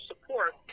support